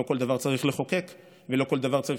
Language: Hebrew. לא כל דבר צריך לחוקק ולא כל דבר צריך